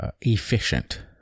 efficient